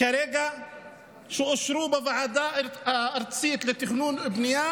כרגע שאושרו בוועדה הארצית לתכנון ובנייה